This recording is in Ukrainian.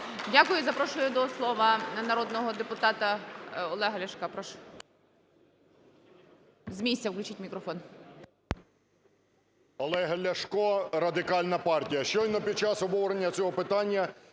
Дякую. Запрошую до слова народного депутата Голуба.